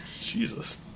Jesus